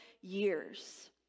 years